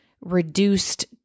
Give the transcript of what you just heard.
reduced